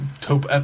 Top